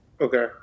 Okay